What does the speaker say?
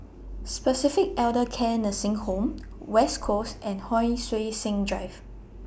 Pacific Elder Care Nursing Home West Coast and Hon Sui Sen Drive